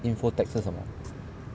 InfoTech 是什么